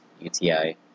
UTI